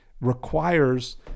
requires